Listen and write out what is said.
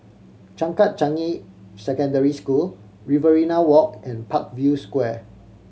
Changkat Changi Secondary School Riverina Walk and Parkview Square